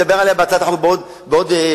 ונדבר עליה בהצעת החוק בעוד שעה,